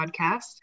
podcast